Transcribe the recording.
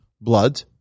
blood